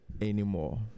anymore